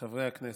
חברי הכנסת,